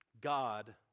God